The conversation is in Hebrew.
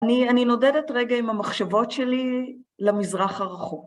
אני אני נודדת רגע עם המחשבות שלי למזרח הרחוק.